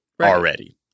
already